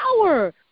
power